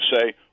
say